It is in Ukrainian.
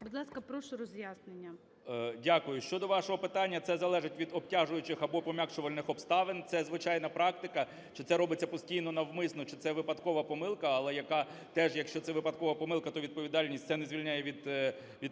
Будь ласка, прошу роз'яснення. 10:38:28 КНЯЖИЦЬКИЙ М.Л. Дякую. Щодо вашого питання, це залежить від обтяжуючих або пом'якшувальних обставин: це звичайна практика чи це робиться постійно навмисно, чи це випадкова помилка, але яка теж, якщо це випадкова помилка, то відповідальність, це не звільняє від відповідальності